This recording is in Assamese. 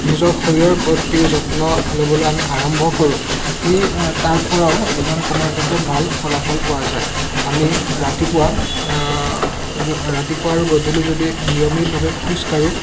নিজৰ শৰীৰৰ প্ৰতি যত্ন ল'বলৈ আমি আৰম্ভ কৰোঁ সেই তাৰ পৰাও ওজন কমোৱাৰ ক্ষেত্ৰত ভাল ফলাফল পোৱা যায় আমি ৰাতিপুৱা ৰাতিপুৱা আৰু গধূলি যদি নিয়মিতভাৱে খোজকাঢ়োঁ